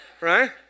right